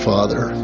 Father